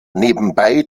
nebenbei